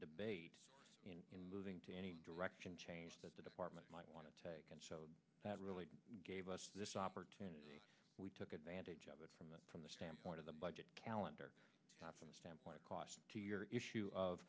debate in moving to any direction change that the department might want to take that really gave us this opportunity we took advantage of it from the from the standpoint of the budget calendar not from the standpoint of cost to your issue of